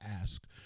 ask